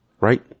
right